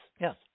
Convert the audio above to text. Yes